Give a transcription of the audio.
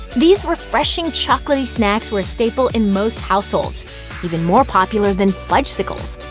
these refreshing chocolaty snacks were staple in most households even more popular than fudgsicles!